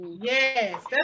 yes